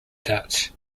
dutch